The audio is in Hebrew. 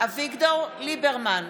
אביגדור ליברמן,